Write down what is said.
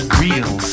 real